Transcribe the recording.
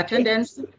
attendance